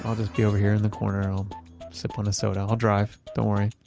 all these beer over here in the corner. i'll sip on a soda. i'll drive. don't worry.